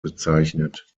bezeichnet